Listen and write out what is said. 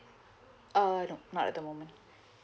uh no not at the moment